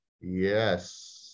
Yes